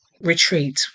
retreat